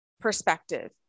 perspective